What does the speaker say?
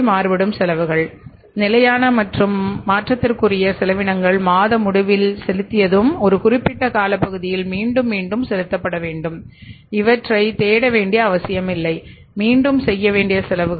மாறுபடும்செலவுகளில் நிலையான மற்றும் மாற்றத்திற்கு உரிய செலவினங்கள் மாத முடிவில் செலுத்தியதும் ஒரு குறிப்பிட்ட காலப்பகுதியில் மீண்டும் மீண்டும் செலுத்தப்பட வேண்டும் இவற்றைத் தேட வேண்டிய அவசியமில்லை மீண்டும் செய்ய வேண்டிய செலவுகள்